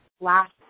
last